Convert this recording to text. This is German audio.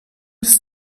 bis